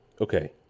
okay